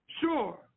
Sure